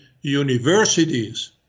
universities